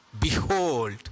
behold